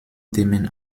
themen